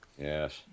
Yes